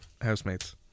Housemates